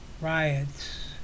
riots